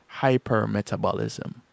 hypermetabolism